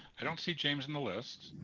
i don't see james on the list.